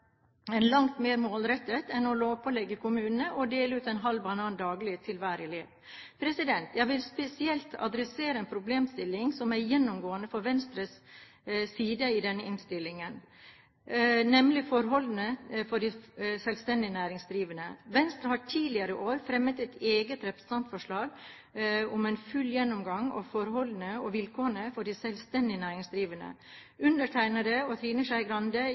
langt mer målrettet enn å lovpålegge kommunene å dele ut en halv banan daglig til hver elev. Jeg vil spesielt adressere en problemstilling som er gjennomgående fra Venstres side i denne innstillingen, nemlig forholdene for de selvstendig næringsdrivende. Venstre har tidligere i år fremmet et eget representantforslag om en full gjennomgang av forholdene og vilkårene for de selvstendig næringsdrivende. Undertegnede og Trine Skei Grande